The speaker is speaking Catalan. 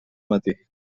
matí